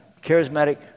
Charismatic